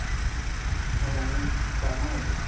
एसे मोजाङै फिट खालामना हरदो